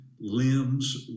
limbs